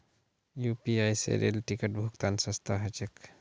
UPI स rail ticket भुक्तान सस्ता ह छेक